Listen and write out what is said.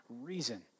reason